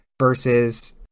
versus